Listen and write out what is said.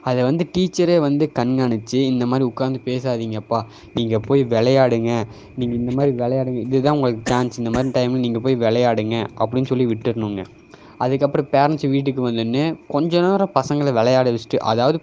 அதை வந்து டீச்சரே வந்து கண்காணித்து இந்த மாதிரி உட்காந்து பேசாதீங்கப்பா நீங்கள் போய் விளையாடுங்க நீங்கள் இந்த மாதிரி விளையாடுங்க இதுதான் உங்களுக்கு சான்ஸ் இந்த மாதிரி டயமில் நீங்கள் போய் விளையாடுங்க அப்படின்னு சொல்லி விட்டுடணுங்க அதுக்கப்புறம் பேரன்ட்ஸ் வீட்டுக்கு வந்தோவுன்னே கொஞ்ச நேரம் பசங்களை விளையாட வெச்சுட்டு அதாவது